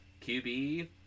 QB